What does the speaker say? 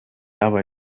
aber